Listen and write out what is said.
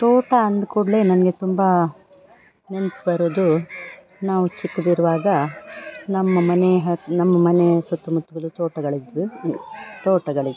ತೋಟ ಅಂದ ಕೂಡಲೆ ನನಗೆ ತುಂಬ ನೆನ್ಪು ಬರೋದು ನಾವು ಚಿಕ್ಕದಿರ್ವಾಗ ನಮ್ಮ ಮನೆ ಹತ್ರ ನಮ್ಮ ಮನೆ ಸುತ್ತಮುತ್ತಲೂ ತೋಟಗಳಿದ್ದವು ಅಂದ್ ತೋಟಗಳಿತ್ತು